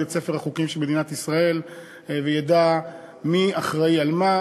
את ספר החוקים של מדינת ישראל וידע מי אחראי למה.